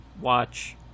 watch